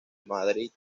madrid